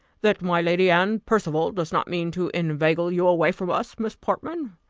that my lady anne percival does not mean to inveigle you away from us, miss portman.